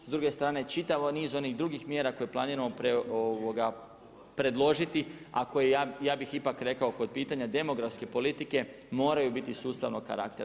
S druge strane čitav niz onih drugih mjera koje planiramo predložiti, a koje ja bih ipak rekao kod pitanja demografske politike moraju biti sustavnog karaktera.